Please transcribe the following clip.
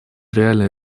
реальной